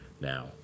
Now